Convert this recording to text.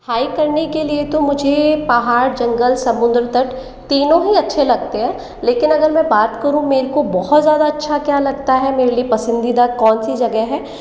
hike करने के लिए तो मुझे पहाड़ जंगल समुद्र तट तीनों ही अच्छे लगते हैं लेकिन अगर मैं बात करूं मेरको बहुत ज़्यादा अच्छा क्या लगता है मेरे लिए पसंदीदा कौनसी जगेह है